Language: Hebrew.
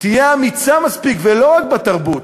תהיה אמיצה מספיק, ולא רק בתרבות,